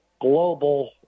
global